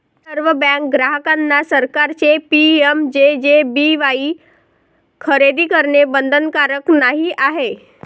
सर्व बँक ग्राहकांना सरकारचे पी.एम.जे.जे.बी.वाई खरेदी करणे बंधनकारक नाही आहे